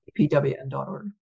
pwn.org